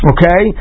Okay